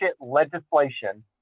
legislation